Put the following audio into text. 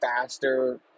faster